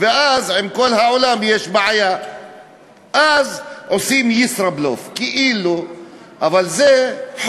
ואני יכול להוסיף כהנה וכהנה נושאים בעניין הזה.